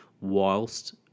whilst